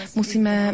musíme